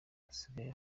asigaye